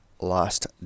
last